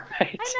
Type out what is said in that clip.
right